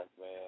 man